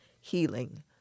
healing